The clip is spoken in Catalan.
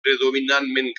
predominantment